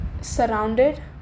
surrounded